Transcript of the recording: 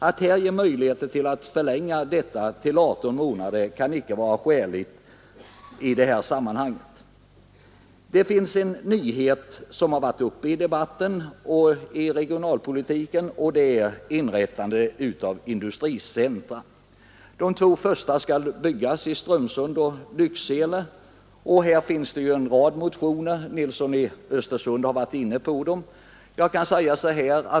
Att här ge möjligheter att förlänga detta till 18 månader kan inte vara skäligt i det här samman Det finns en nyhet som har varit uppe i debatten om regionalpolitiken, nämligen inrättande av industricentra. De två första skall byggas i Strömsund och Lycksele. Om detta finns en rad motioner — herr Nilsson i Östersund har varit inne på dem.